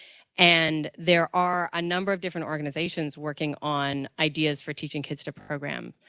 and there are a number of different organizations working on ideas for teaching kids to program.